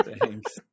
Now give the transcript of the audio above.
Thanks